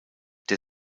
der